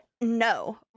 No